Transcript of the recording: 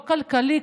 לא כלכלי.